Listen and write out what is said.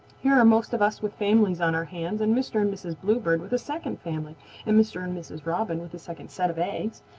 here are most of us with families on our hands and mr. and mrs. bluebird with a second family and mr. and mrs. robin with a second set of eggs,